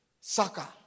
soccer